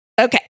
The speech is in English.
Okay